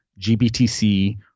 GBTC